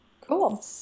Cool